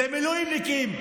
למילואימניקים,